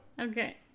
Okay